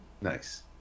Nice